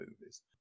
movies